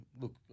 look –